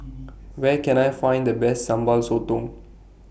Where Can I Find The Best Sambal Sotong